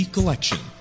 Collection